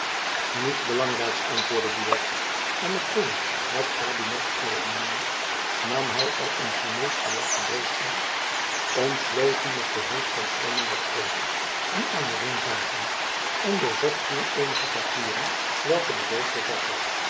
niets belangrijks antwoordde buat en met een het kabinet openende nam hy er een sineesch verlakte doos uit ontsloot die met behulp van eenen der sleutels die aan den ring zaten en doorzocht toen eenige papieren welke de doos bevatte